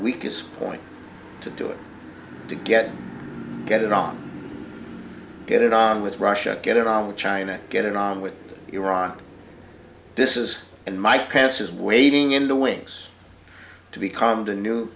weakest point to do it to get get it on get on with russia get on with china get on with iran this is in my past is waiting in the wings to become the new